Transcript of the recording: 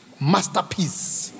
masterpiece